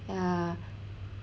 ya